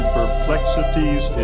perplexities